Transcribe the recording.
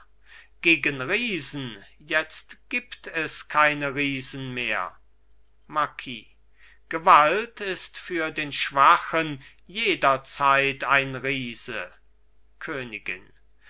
gegen riesen jetzt gibt es keine riesen mehr marquis gewalt ist für den schwachen jederzeit ein riese königin